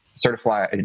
certify